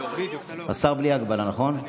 השר בלי הגבלה, נכון?